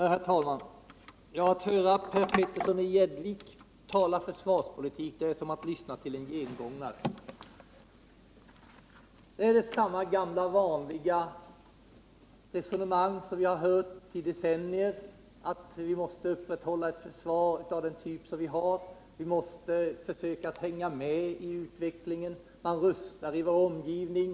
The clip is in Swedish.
Herr talman! Att höra Per Petersson tala försvarspolitik är som att lyssna på en gengångare. Det är samma gamla vanliga resonemang som vi har hört i decennier. Vi måste upprätthålla ett försvar av nuvarande typ. Vi måste försöka hänga med i utvecklingen. Man rustar i vår omgivning.